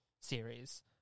Series